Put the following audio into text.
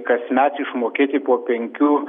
kasmet išmokėti po penkių